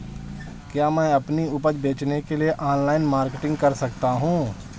क्या मैं अपनी उपज बेचने के लिए ऑनलाइन मार्केटिंग कर सकता हूँ?